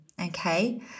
okay